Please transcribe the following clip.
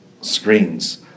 screens